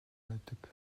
байдаг